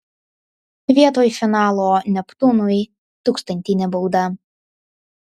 vietoj finalo neptūnui tūkstantinė bauda